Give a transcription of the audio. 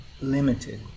Limited